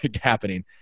happening